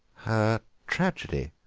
her tragedy?